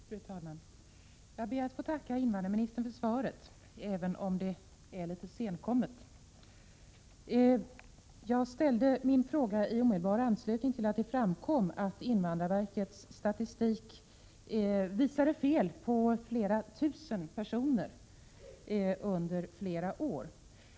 Fru talman! Jag ber att få tacka invandrarministern för svaret, även om detta är litet senkommcet. Jag ställde min fråga i omedelbar anslutning till att det framkommit att invandrarverkets statistik under flera år visat fel på flera tusen personer.